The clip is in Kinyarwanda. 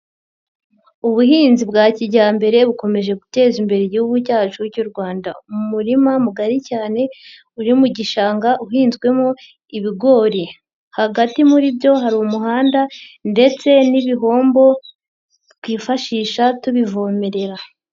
Ubuhinzi bwa kijyambere bukomeje guteza imbere Igihugu cyacu cy'u Rwanda. Umurima mugari cyane uri mu gishanga uhinzwemo ibigori. Hagati muri byo hari umuhanda ndetse n'ibihombo twifashisha tubivomerera.